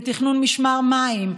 תכנון משמר מים,